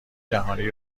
جهانی